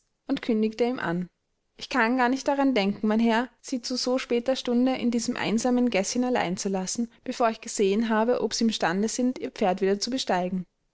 und kündigte ihm an ich kann gar nicht daran denken mein herr sie zu so später stunde in diesem einsamen gäßchen allein zu lassen bevor ich gesehen habe ob sie imstande sind ihr pferd wieder zu besteigen